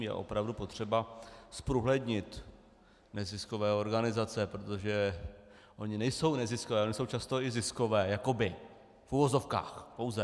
Je opravdu potřeba zprůhlednit neziskové organizace, protože ony nejsou neziskové, ony jsou často i ziskové, jakoby, v uvozovkách, pouze.